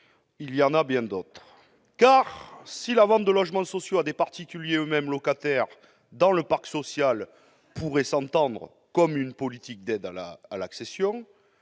il y en a bien d'autres. La vente de logements sociaux à des particuliers eux-mêmes locataires dans le parc social pourrait s'entendre comme une politique d'aide à l'accession,